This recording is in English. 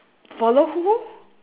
follow who